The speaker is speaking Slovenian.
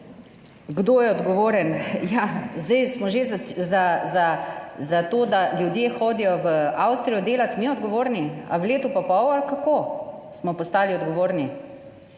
Kdo je odgovoren? Ja zdaj smo že za to, da ljudje hodijo v Avstrijo delat, mi odgovorni? V letu pa pol ali kako smo postali odgovorni?